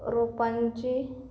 रोपांची